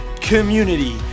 community